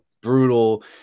brutal